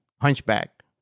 hunchback